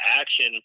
action